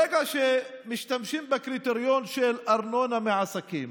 ברגע שמשתמשים בקריטריון של ארנונה מעסקים,